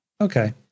Okay